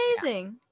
amazing